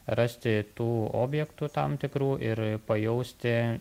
rasti tų objektų tam tikrų ir pajausti